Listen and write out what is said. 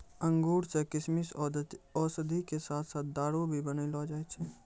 अंगूर सॅ किशमिश, औषधि के साथॅ साथॅ दारू भी बनैलो जाय छै